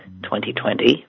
2020